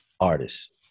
artists